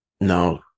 no